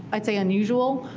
i'd say unusual.